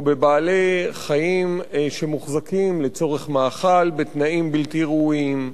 או בבעלי-חיים שמוחזקים לצורך מאכל בתנאים בלתי ראויים.